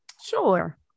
Sure